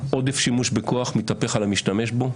עודף שימוש בכוח מתהפך על המשתמש בו,